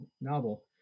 novel